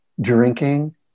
drinking